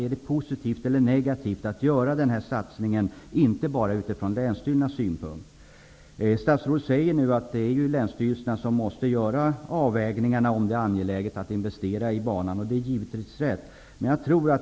Är det positivt eller negativt att göra denna satsning -- inte bara från länsstyrelsernas synpunkt? Statsrådet säger nu att det är länsstyrelserna som måste göra avvägningarna om huruvida det är angeläget att göra investeringar i banan. Det är givetvis rätt.